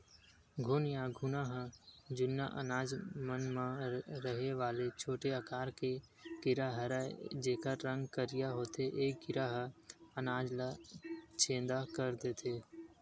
घुन या घुना ह जुन्ना अनाज मन म रहें वाले छोटे आकार के कीरा हरयए जेकर रंग करिया होथे ए कीरा ह अनाज ल छेंदा कर देथे